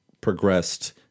progressed